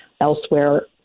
elsewhere